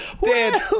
Dad